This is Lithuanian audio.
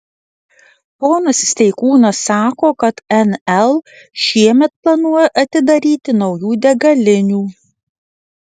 ponas steikūnas sako kad nl šiemet planuoja atidaryti naujų degalinių